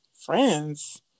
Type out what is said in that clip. friends